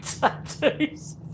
tattoos